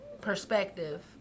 Perspective